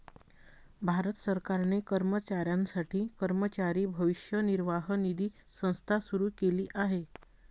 भारत सरकारने कर्मचाऱ्यांसाठी कर्मचारी भविष्य निर्वाह निधी संस्था सुरू केली आहे